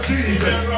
Jesus